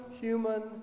human